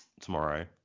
tomorrow